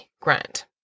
Grant